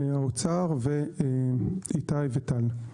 האוצר ואיתי וטל.